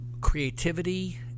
creativity